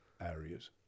areas